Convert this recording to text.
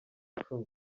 cumi